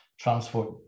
transport